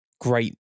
great